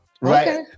Right